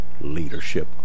leadership